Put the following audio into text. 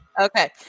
Okay